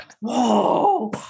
Whoa